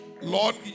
Lord